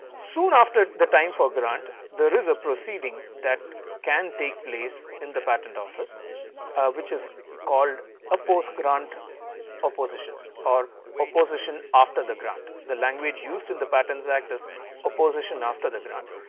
soon after the time for grant there is a proceeding that can take place in the patent office which is called a post grant opposition or opposition after the grant the language used in the patents act is opposition after the grant,